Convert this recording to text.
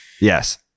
Yes